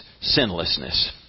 sinlessness